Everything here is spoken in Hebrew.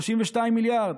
32 מיליארד,